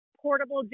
portable